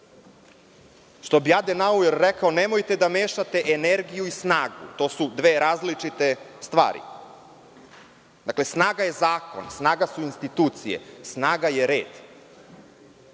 bi Adenauer rekao - nemojte da mešate energiju i snagu. To su dve različite stvari. Dakle, snaga je zakon, snaga su institucije, snaga je red.